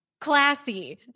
Classy